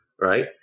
Right